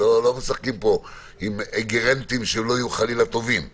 לא משחקים פה עם ריאגנטים שלא יהיו טובים חלילה.